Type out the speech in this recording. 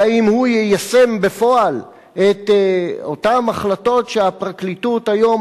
ואם הוא יישם בפועל את אותן החלטות שהפרקליטות היום